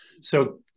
So-